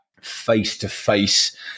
face-to-face